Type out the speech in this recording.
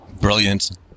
brilliant